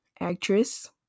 actress